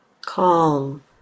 calm